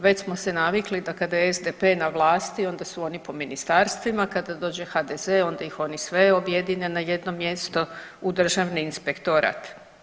Već smo se navikli da kada je SDP na vlasti onda su oni po ministarstvima, kada dođe HDZ onda ih oni sve objedine na jedno mjesto u Državni inspektora.